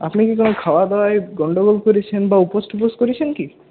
আপনি কি কোনো খাবারদাবারে গন্ডগোল করেছেন বা উপোস টুপোস করেছেন কি